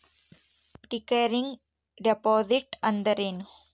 Recurring deposit ಅಂದರೇನು?